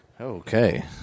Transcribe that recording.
Okay